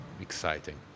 exciting